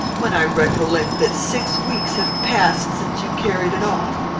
when i recollect that six weeks have passed since you carried it off?